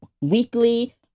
weekly